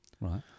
Right